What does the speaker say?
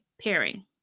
pairing